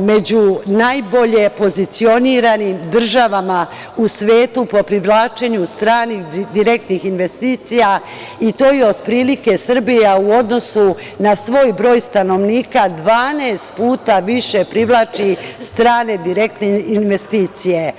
među najbolje pozicioniranim državama u svetu po privlačenju stranih direktnih investicija i to otprilike Srbija, u odnosu na svoj broj stanovnika, 12 puta više privlači strane direktne investicije.